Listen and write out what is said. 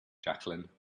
jacqueline